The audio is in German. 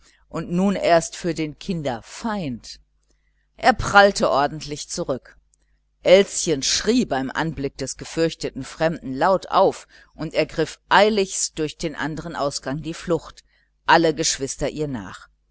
und nun erst für den kinderfeind er prallte ordentlich zurück elschen schrie beim anblick des gefürchteten fremden laut auf und ergriff eiligst durch den anderen ausgang die flucht alle geschwister ihr nach